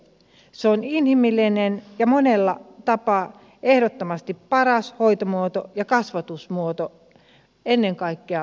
se on inhimillinen ja monella tapaa ehdottomasti paras hoitomuoto ja ennen kaikkea paras kasvatusmuoto lapsille